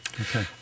Okay